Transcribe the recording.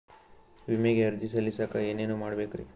ವಿಮೆಗೆ ಅರ್ಜಿ ಸಲ್ಲಿಸಕ ಏನೇನ್ ಮಾಡ್ಬೇಕ್ರಿ?